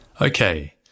Okay